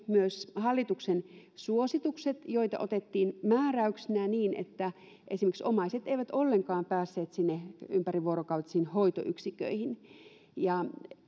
myös hallituksen suositukset joita otettiin määräyksinä niin että esimerkiksi omaiset eivät ollenkaan päässeet sinne ympärivuorokautisiin hoitoyksiköihin